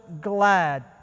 glad